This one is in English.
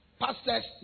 pastors